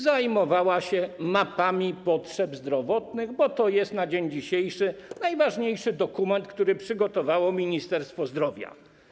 Zajmowała się mapami potrzeb zdrowotnych, bo to jest dzisiaj najważniejszy dokument, który przygotowało Ministerstwo Zdrowia.